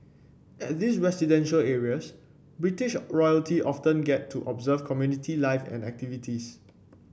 at these residential areas British royalty often get to observe community life and activities